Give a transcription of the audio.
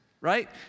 right